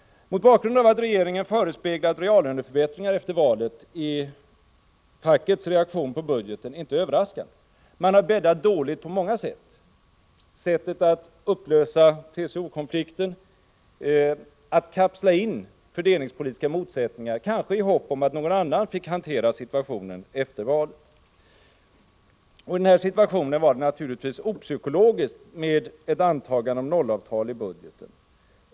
Mot bakgrund av att regeringen förespeglat reallöneförbättringar efter valet är fackets reaktion på budgeten inte överraskande. Regeringen har bäddat dåligt på många vis. Sättet som TCO-konflikten upplöstes på är ett exempel. Man kapslade då in fördelningspolitiska motsättningar, kanske i hopp om att någon annan skulle få hantera situationen efter valet. I detta läge var det naturligtvis opsykologiskt med ett antagande om nollavtal i budgeten.